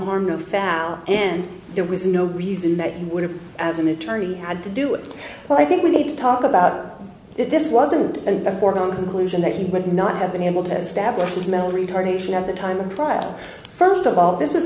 harm no foul and there was no reason that he would have as an attorney had to do it but i think we need to talk about that this wasn't and before my own conclusion that he would not have been able to establish his mental retardation at the time of trial first of all this